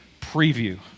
preview